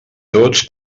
tots